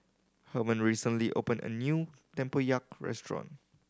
Herman recently opened a new tempoyak restaurant